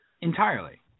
Entirely